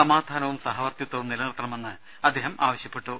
സമാധാനവും സഹവർത്തിത്വവും നിലനിർത്തണമെന്ന് അദ്ദേഹം ആവശ്യപ്പെട്ടു